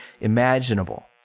imaginable